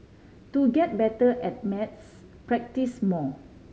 to get better at maths practise more